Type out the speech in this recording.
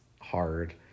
hard